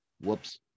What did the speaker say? Whoops